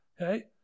Okay